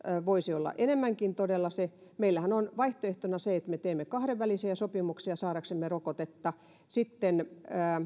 voisi todella olla enemmänkin meillähän on vaihtoehtona se että me teemme kahdenvälisiä sopimuksia saadaksemme rokotetta sitten